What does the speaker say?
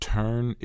turn